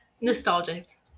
Nostalgic